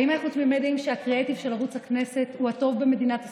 האם אנחנו תמימי דעים שהקריאייטיב של ערוץ הכנסת הוא הטוב במדינת ישראל?